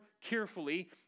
carefully